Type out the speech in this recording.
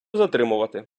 затримувати